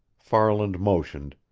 farland motioned,